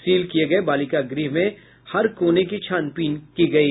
seal किये गये बालिका गृह में हर कोने की छानबीन की गयी